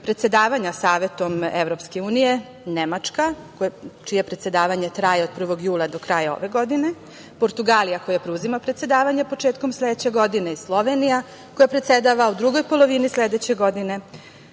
predsedavanja Savetom EU. Nemačka, čije predsedavanje traje od 1. jula do kraja ove godine, Portugalija, koja preuzima predsedavanje početkom sledeće godine i Slovenija, koja predsedava u drugoj polovini sledeće godine,